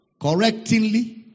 correctingly